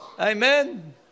Amen